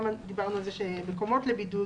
דיברנו על מקומות לבידוד,